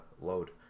load